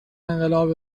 انقلاب